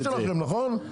זו התשובה שלכם, נכון?